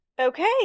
okay